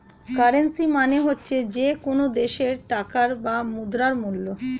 currency মানে হচ্ছে যে কোনো দেশের টাকার বা মুদ্রার মূল্য